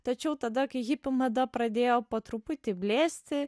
tačiau tada kai hipių mada pradėjo po truputį blėsti